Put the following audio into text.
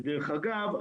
דרך אגב,